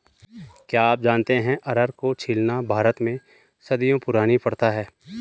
क्या आप जानते है अरहर को छीलना भारत में सदियों पुरानी प्रथा है?